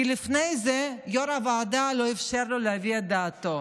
כי לפני זה יו"ר הוועדה לא אפשר לו להביע את דעתו.